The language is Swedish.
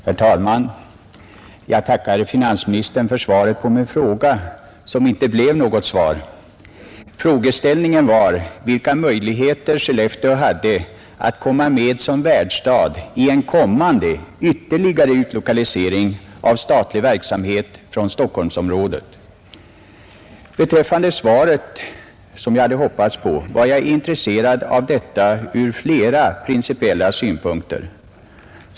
Herr talman! Jag tackar finansministern för svaret som inte blev något svar. Frågeställningen var vilka möjligheter Skellefteå hade att komma med som värdstad vid en ytterligare utlokalisering av statlig verksamhet från Stockholmsområdet. Det svar som jag hoppats på var jag intresserad av ur flera principiella synpunkter.